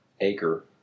acre